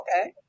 okay